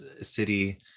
city